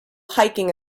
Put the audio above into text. hiking